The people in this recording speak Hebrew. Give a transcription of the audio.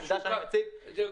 העמדה שאני מציג -- לא, אבל